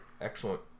Excellent